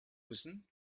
müssen